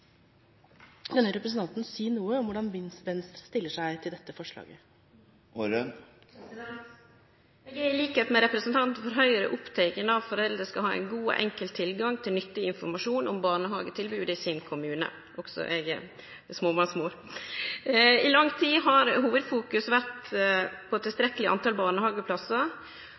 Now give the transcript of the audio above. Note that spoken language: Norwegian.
Kunne representanten si noe om hvordan Venstre stiller seg til dette forslaget? Eg er til liks med representanten frå Høgre oppteken av at foreldre skal ha god og enkel tilgang til nyttig informasjon om barnehagetilbodet i kommunen sin. Også eg er småbarnsmor. I lang tid har det hovudsakeleg vore fokusert på